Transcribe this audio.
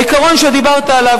העיקרון שדיברת עליו,